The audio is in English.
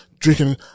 Drinking